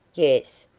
yes,